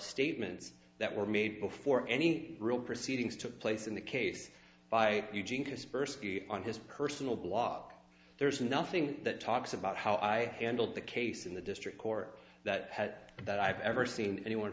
statements that were made before any real proceedings took place in the case by eugene kaspersky on his personal blog there is nothing that talks about how i handled the case in the district court that that i've ever seen anyone